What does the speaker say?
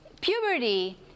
Puberty